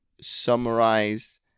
summarize